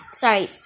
Sorry